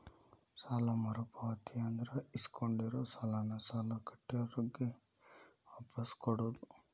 ಸಾಲ ಮರುಪಾವತಿ ಅಂದ್ರ ಇಸ್ಕೊಂಡಿರೋ ಸಾಲಾನ ಸಾಲ ಕೊಟ್ಟಿರೋರ್ಗೆ ವಾಪಾಸ್ ಕೊಡೋದ್